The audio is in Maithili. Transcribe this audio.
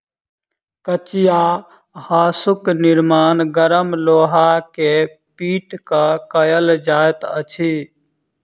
कचिया हाँसूक निर्माण गरम लोहा के पीट क कयल जाइत अछि